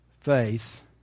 faith